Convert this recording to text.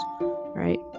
right